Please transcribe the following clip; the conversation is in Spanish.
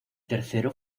tercero